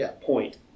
point